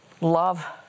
love